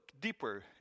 deeper